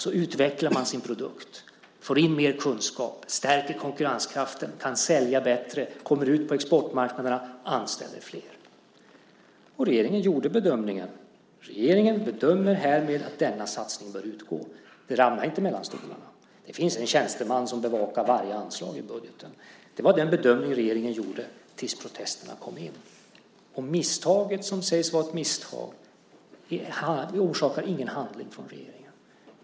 Så utvecklar man sitt projekt, får in mer kunskap, stärker konkurrenskraften, kan sälja bättre, kommer ut på exportmarknaderna och anställer flera. Regeringen gjorde bedömningen: Regeringen bedömer härmed att denna satsning bör utgå. Det ramlade inte mellan stolarna. Det finns en tjänsteman som bevakar varje anslag i budgeten. Det var den bedömningen regeringen gjorde tills protesterna kom in. Misstaget som sägs vara ett misstag orsakar ingen handling från regeringen.